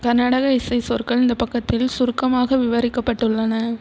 கர்நாடகா இசை சொற்கள் இந்த பக்கத்தில் சுருக்கமாக விவரிக்கப்பட்டுள்ளன